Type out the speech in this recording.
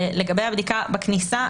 לגבי הבדיקה בכניסה,